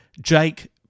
Jake